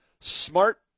Smart